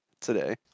today